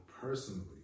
personally